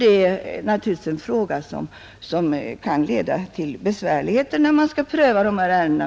Det är naturligtvis en fråga som kan leda till besvärligheter när man prövar dessa ärenden.